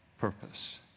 purpose